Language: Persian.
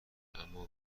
اما